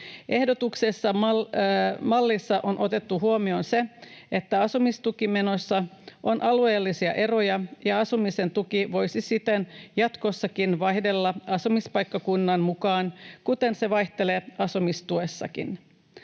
Ehdotetussa mallissa on otettu huomioon se, että asumistukimenoissa on alueellisia eroja, ja asumisen tuki voisi siten jatkossakin vaihdella asumispaikkakunnan mukaan, kuten se vaihtelee asumistuessakin.